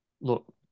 Look